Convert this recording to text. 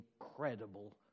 Incredible